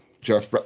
Jeff